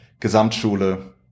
Gesamtschule